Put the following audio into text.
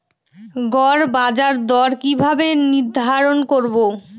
গড় বাজার দর কিভাবে নির্ধারণ করব?